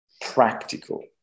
practical